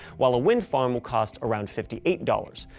while a wind farm will cost around fifty eight dollars.